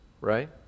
right